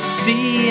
see